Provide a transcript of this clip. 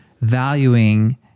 valuing